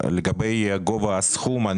לגבי גובה הסכום,